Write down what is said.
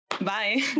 Bye